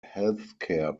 healthcare